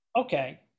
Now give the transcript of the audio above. okay